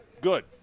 good